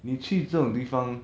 你去这种地方